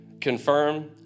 confirm